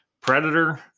predator